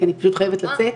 לדבר כי אני פשוט חייבת לצאת.